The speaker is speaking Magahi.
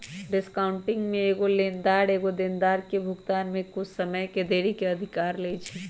डिस्काउंटिंग में एगो लेनदार एगो देनदार के भुगतान में कुछ समय के देरी के अधिकार लेइ छै